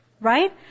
Right